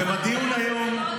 ואני חוזר ואומר,